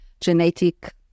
genetic